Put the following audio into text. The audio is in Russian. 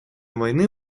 войны